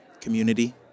community